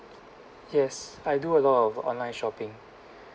yes I do a lot of online shopping